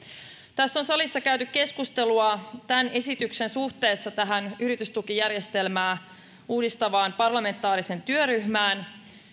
tässä on salissa käyty keskustelua tämän esityksen suhteesta yritystukijärjestelmää uudistavaan parlamentaariseen työryhmään